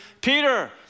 Peter